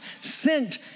sent